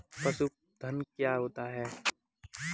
पशुधन क्या होता है?